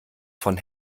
von